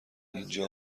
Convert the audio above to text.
اینجا